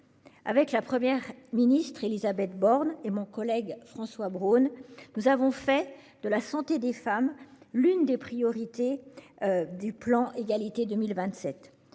Avec la Première ministre Élisabeth Borne et mon collègue François Braun, nous avons fait de la santé des femmes l'une des priorités du plan